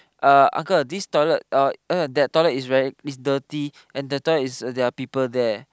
uh uncle this toilet uh that toilet is very is dirty and that toilet is there are people there